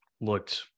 looked